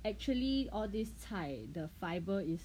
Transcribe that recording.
actually all these 菜的 fiber is